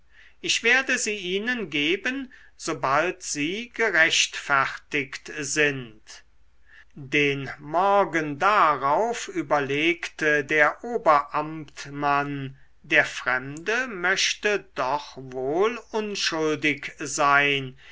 ich werde sie ihnen geben sobald sie gerechtfertigt sind den morgen darauf überlegte der oberamtmann der fremde möchte doch wohl unschuldig sein